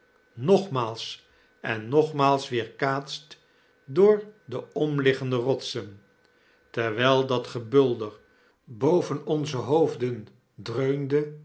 nogmaals en nogmaals weerkaatst door de omliggende rotsen terwijl dat gebulder boven onze hoofden dreunde